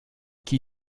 qui